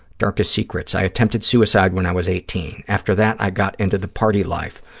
darkest secrets. i attempted suicide when i was eighteen. after that, i got into the party life.